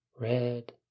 red